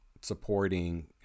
Supporting